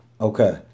Okay